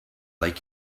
like